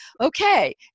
okay